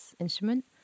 instrument